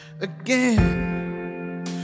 Again